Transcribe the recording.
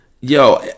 Yo